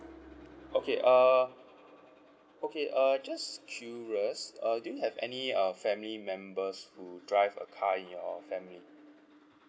okay uh okay uh just curious uh do you have any uh family members who drive a car in your family